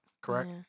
correct